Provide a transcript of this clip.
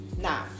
now